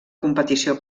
competició